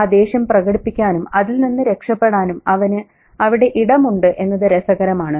ആ ദേഷ്യം പ്രകടിപ്പിക്കാനും അതിൽ നിന്ന് രക്ഷപ്പെടാനും അവന് അവിടെ ഇടമുണ്ട് എന്നത് രസകരമാണ്